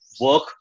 work